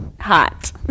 Hot